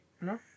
No